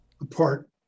apart